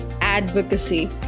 advocacy